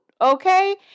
okay